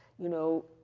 you know,